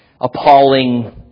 appalling